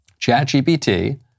ChatGPT